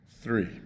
three